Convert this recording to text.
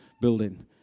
building